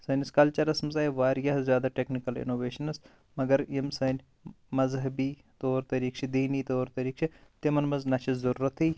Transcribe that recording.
سٲنِس کَلچَرَس منٛز آے واریاہ زیادٕ ٹٮ۪کنِکَل اِنوویشنٕز مگر یِم سٲنۍ مَذہٕبی طور طٔریٖق چھ دیٖنی طور طٔریٖق چھ تِمن منٛز نہ چھُ ضوٚررَتھےٕ